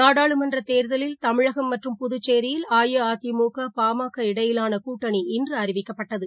நாடாளுமன்றதேர்தலில் தமிழகம் மற்றும் புதுச்சேரியில் அஇஅதிமுக பாமக இடையிலானகூட்டணி இன்றுஅறிவிக்கப்பட்டது